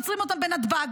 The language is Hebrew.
עוצרים אותם בנתב"ג.